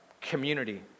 community